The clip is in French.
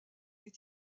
est